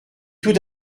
tout